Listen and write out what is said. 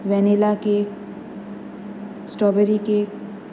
vanilla cake strawberry cake